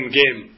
game